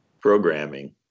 programming